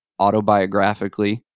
autobiographically